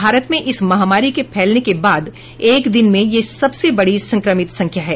भारत में इस महामारी के फैलने के बाद एक दिन में यह सबसे बड़ी संक्रमित संख्या है